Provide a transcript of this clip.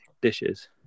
dishes